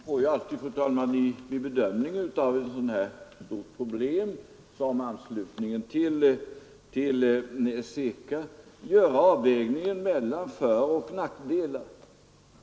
Fru talman! Man får ju alltid vid bedömningen av ett sådant här stort problem som anslutningen till CECA göra avvägningen mellan föroch nackdelar.